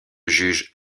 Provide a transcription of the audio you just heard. juge